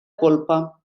polpa